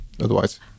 otherwise